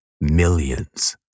millions